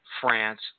France